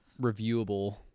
reviewable